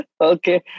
Okay